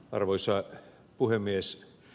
arvoisa puhemies